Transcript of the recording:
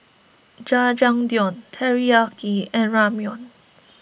Jajangmyeon Teriyaki and Ramyeon